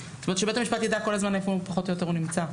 בית המשפט יידע כל הזמן איפה פחות או יותר הוא נמצא.